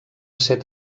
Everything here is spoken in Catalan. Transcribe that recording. set